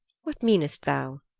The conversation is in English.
what meanest thou?